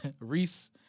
Reese